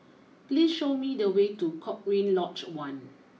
please show me the way to Cochrane Lodge one